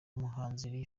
umuhanzi